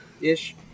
Ish